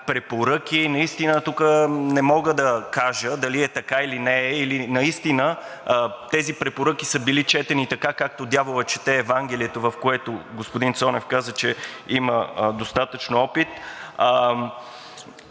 препоръки. Наистина тук не мога да кажа дали е така, или не е, или наистина тези препоръки са били четени така, както дяволът чете Евангелието, в което господин Цонев каза, че има достатъчно опит,